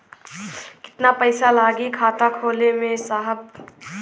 कितना पइसा लागि खाता खोले में साहब?